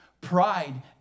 Pride